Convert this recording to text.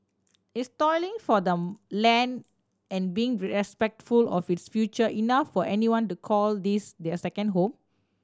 is toiling for the land and being respectful of its future enough for anyone to call this their second home